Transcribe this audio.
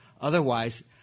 Otherwise